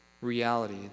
reality